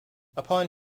upon